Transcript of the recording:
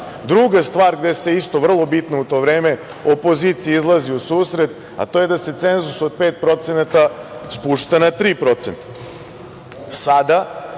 stvar gde se isto vrlo bitno u to vreme opoziciji izlazi u susret, a to je da se cenzus od 5% spušta na 3%.